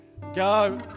go